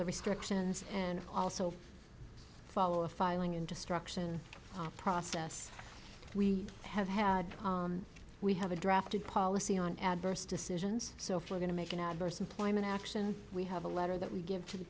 the restrictions and also follow a filing in destruction process we have had we have a drafted policy on adverse decisions so if we're going to make an adverse employment action we have a letter that we give to